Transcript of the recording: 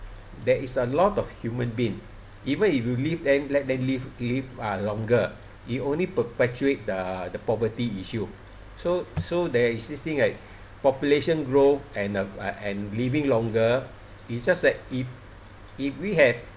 there is a lot of human being even if you live them let them live live uh longer it only perpetuate the the poverty issue so so there is this thing like population growth and uh and living longer it's just that if if we have